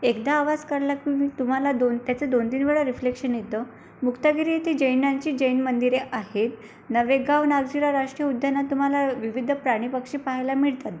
एकदा आवाज काढला तुम्हाला दोन त्याचं दोनतीन वेळा रिफ्लेक्शन येतं मुक्तागिरी येथे जैनांची जैन मंदिरे आहेत नवेगाव नागझिरा राष्ट्रीय उद्यानात तुम्हाला विविध प्राणी पक्षी पाहायला मिळतात